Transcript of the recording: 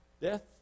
Death